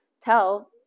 tell